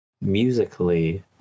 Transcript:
musically